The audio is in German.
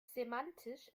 semantisch